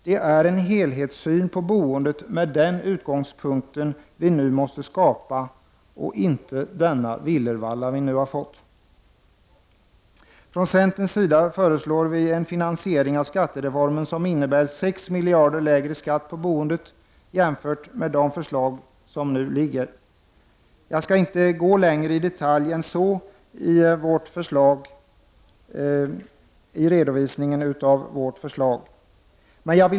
Det är en helhetssyn på boendet med den utgångspunkten som vi måste skapa och inte den villervalla som vi nu har fått. Från centerns sida föreslår vi en finansiering av skattereformen som innebär 6 miljarder lägre skatt på boendet jämfört med de förslag som nu föreligger. Jag skall inte gå mer in i detalj än så i redovisningen av vårt förslag.